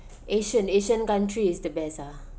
asian asian country is the best ah